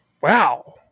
wow